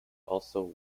also